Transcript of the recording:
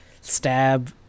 stab